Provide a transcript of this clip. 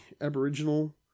aboriginal